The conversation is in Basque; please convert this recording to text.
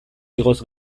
igoz